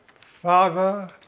Father